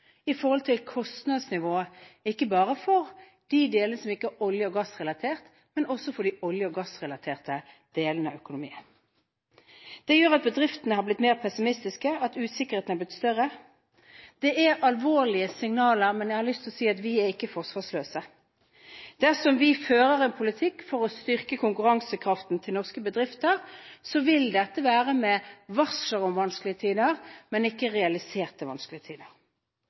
i forhold til kostnadsnivået ikke bare for de delene som ikke er olje- og gassrelaterte, men også for de olje- og gassrelaterte delene av økonomien. Det gjør at bedriftene har blitt mer pessimistiske, og at usikkerheten har blitt større. Det er alvorlige signaler, men jeg har lyst til å si at vi er ikke forsvarsløse. Dersom vi fører en politikk for å styrke konkurransekraften til norske bedrifter, vil dette være med varsler om vanskelige tider, men ikke realiserte vanskelige tider.